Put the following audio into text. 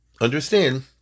understand